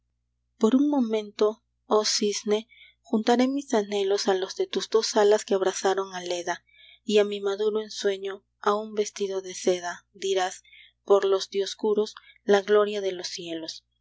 por un momento oh cisne juntaré mis anhelos a los de tus dos alas que abrazaron a leda y a mi maduro ensueño aun vestido de seda dirás por los dioscuros la gloria de los cielos